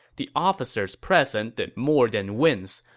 the officers present did more than wince.